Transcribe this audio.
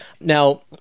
Now